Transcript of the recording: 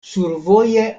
survoje